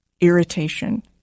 irritation